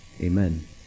Amen